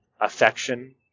affection